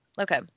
Okay